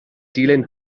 dilyn